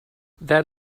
that